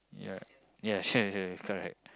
yeah yeah correct